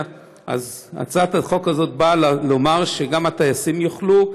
אז הצעת החוק הזאת באה לומר שגם הטייסים יוכלו.